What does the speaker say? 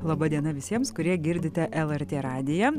laba diena visiems kurie girdite lrt radiją